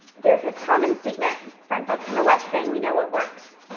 there's this common statement from folks in the west saying, we know what works.